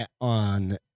On